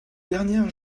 dernières